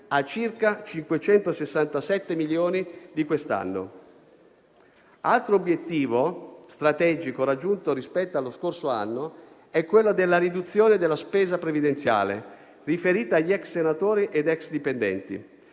a circa 567 milioni di quest'anno. Altro obiettivo strategico raggiunto rispetto allo scorso anno è quello della riduzione della spesa previdenziale riferita agli ex senatori ed ex dipendenti.